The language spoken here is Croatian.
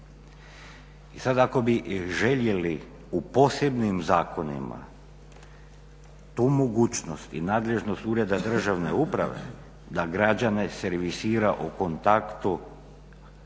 I sada ako bi željeli u posebnim zakonima tu mogućnost i nadležnost ureda državne uprave da građane servisira o kontaktu